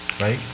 right